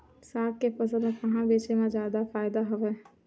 साग के फसल ल कहां बेचे म जादा फ़ायदा हवय?